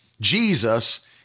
Jesus